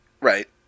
Right